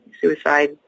suicide